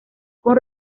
con